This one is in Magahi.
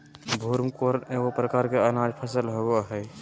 ब्रूमकॉर्न एगो प्रकार के अनाज फसल होबो हइ